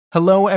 Hello